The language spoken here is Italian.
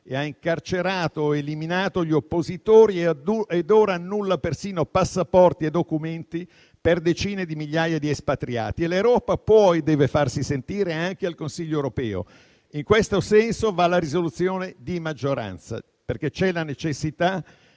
e ha incarcerato o eliminato gli oppositori ed ora annulla persino passaporti e documenti per decine di migliaia di espatriati. L'Europa può e deve farsi sentire anche al Consiglio europeo. In questo senso va la risoluzione di maggioranza, perché c'è la necessità